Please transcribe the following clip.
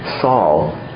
Saul